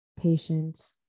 patient